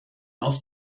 auf